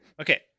Okay